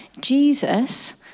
Jesus